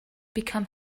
become